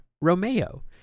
Romeo